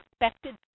expected